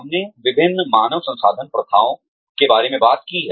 हमने विभिन्न मानव संसाधन प्रथाओं के बारे में बात की है